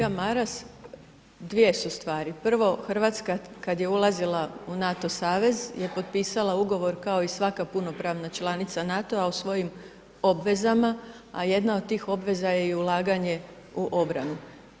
Kolega Maras, dvije su stvari, prvo Hrvatska kad je ulazila u NATO savez je potpisala ugovor kao i svaka punopravna članica NATO-a o svojim obvezama, a jedna od tih obveza je i ulaganje u obranu.